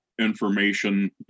information